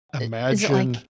imagine